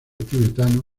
tibetano